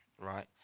right